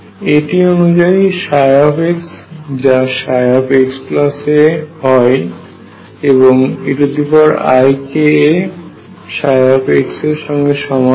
এটি অনুযায়ী ψ যা xa হয় এবং eikaψ এর সঙ্গে সমান হয়